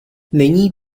není